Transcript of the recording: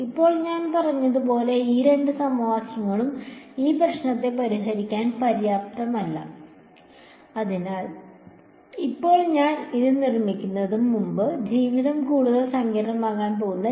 ഇപ്പോൾ ഞാൻ പറഞ്ഞതുപോലെ ഈ രണ്ട് സമവാക്യങ്ങളും ഈ പ്രശ്നം പരിഹരിക്കാൻ പര്യാപ്തമല്ല അതിനാൽ ഇപ്പോൾ ഞാൻ ഇത് നിർമ്മിക്കുന്നതിന് മുമ്പ് ജീവിതം കൂടുതൽ സങ്കീർണ്ണമാക്കാൻ പോകുന്നു